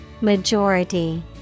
Majority